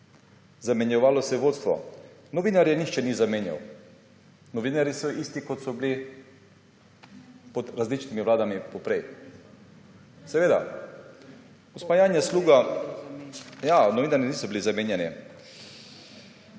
Zamenjalo se je vodstvo. Novinarje nihče ni zamenjal. Novinarji so isti, kot so bili pod različnimi vladami prej. Gospa Janja Sluga, ja, novinarji niso bili zamenjani.